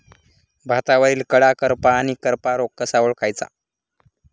भातावरील कडा करपा आणि करपा रोग कसा ओळखायचा?